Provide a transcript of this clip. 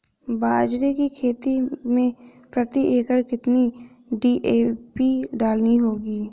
बाजरे की खेती में प्रति एकड़ कितनी डी.ए.पी डालनी होगी?